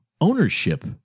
ownership